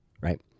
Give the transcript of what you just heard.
right